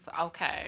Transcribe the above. okay